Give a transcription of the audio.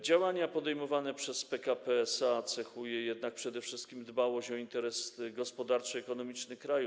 Działania podejmowane przez PKP SA cechuje jednak przede wszystkim dbałość o interes gospodarczy i ekonomiczny kraju.